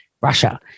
Russia